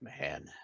man